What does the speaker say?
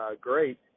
great